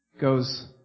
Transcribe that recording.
goes